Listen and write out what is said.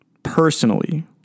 Personally